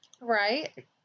Right